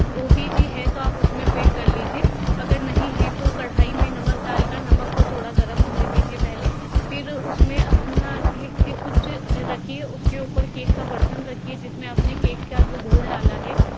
ओ T G है तो उसमें बेक कर लीजिए अगर नहीं है तो कढ़ाई में नमक डालकर नमक को थोड़ा गरम होने दीजिए पहले फिर उसमें अपना कुछ रखिए उसके ऊपर केक का बर्तन रखिए जिसमें हमने केक का जो घोल डाला है